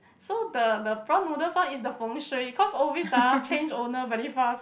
so the the prawn noodle one is the Feng-Shui cause always ah change owner very fast